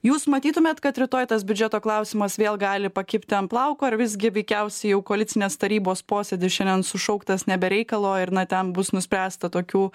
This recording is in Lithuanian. jūs matytumėt kad rytoj tas biudžeto klausimas vėl gali pakibti ant plauko ar visgi veikiausiai jau koalicinės tarybos posėdis šiandien sušauktas ne be reikalo ir na ten bus nuspręsta tokių